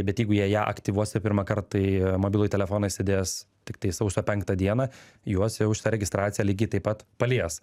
bet jeigu jie ją aktyvuos ir pirmą kartą į mobilųjį telefoną įsidės tiktai sausio penktą dieną juos jau šita registracija lygiai taip pat palies